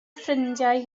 ffrindiau